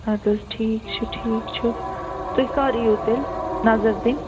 اَدٕ حظ ٹھیٖک چھُ ٹھیٖک چھُ تُہۍ کَر یِیِو تیٚلہِ نظر دِنۍ